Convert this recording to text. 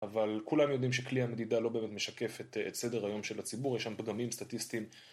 אבל כולם יודעים שכלי המדידה לא באמת משקף את סדר היום של הציבור, יש שם פגמים סטטיסטיים